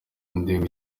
ondimba